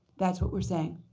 that's what we're saying.